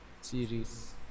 series